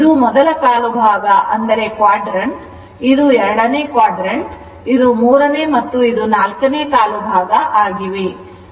ಇದು ಮೊದಲ ಕಾಲು ಭಾಗ ಇದು 2 ನೇ quadrant ಇದು ಮೂರನೇ ಮತ್ತು ಇದು 4 ನೇ ಕಾಲು ಭಾಗ ಬಲ ಆಗಿವೆ